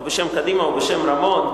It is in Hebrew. או בשם קדימה או בשם רמון,